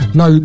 no